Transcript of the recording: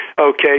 Okay